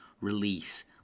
release